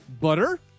butter